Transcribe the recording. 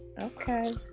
okay